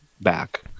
back